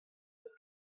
with